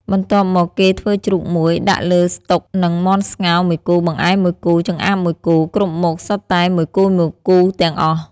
បន្ទាប់មកគេធ្វើជ្រូក១ ដាក់លើស្តុក និងមាន់ស្ងោរ ១គូ បង្អែម ១គូ ចម្អាប ១គូ គ្រប់មុខសុទ្ធតែមួយគូៗទាំងអស់ ។